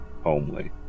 homely